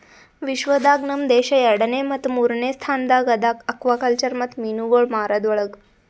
ವಿಶ್ವ ದಾಗ್ ನಮ್ ದೇಶ ಎರಡನೇ ಮತ್ತ ಮೂರನೇ ಸ್ಥಾನದಾಗ್ ಅದಾ ಆಕ್ವಾಕಲ್ಚರ್ ಮತ್ತ ಮೀನುಗೊಳ್ ಮಾರದ್ ಒಳಗ್